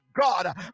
God